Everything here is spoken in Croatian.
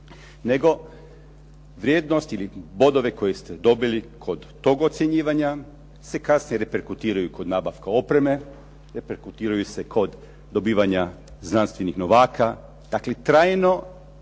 Nego, vrijednost ili bodove koje ste dobili kod tog ocjenjivanja se kasnije reperkutiraju kod nabavka opreme, reperkutiraju se kod dobivanja znanstvenih novaka. Dakle, trajno